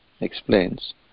explains